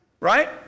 right